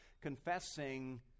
confessing